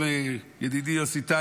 ידידי יוסי טייב,